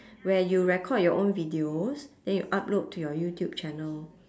where you record your own videos then you upload to your youtube channel